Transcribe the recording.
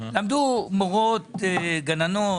למדות מורות, גננות.